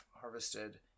harvested